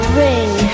ring